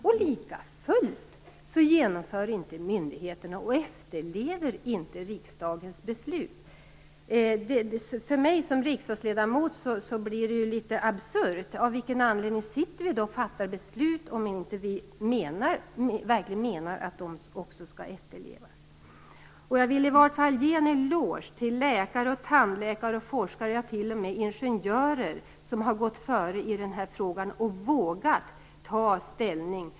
Men likafullt efterlever inte myndigheterna riksdagens beslut! För mig som riksdagsledamot blir det absurt - av vilken anledning sitter vi och fattar beslut om vi inte verkligen menar att de också skall efterlevas? Jag vill i varje fall ge en eloge till läkare, tandläkare, forskare, ja, t.o.m. till ingenjörer, som har gått före i den här frågan och vågat ta ställning.